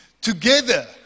Together